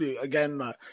again –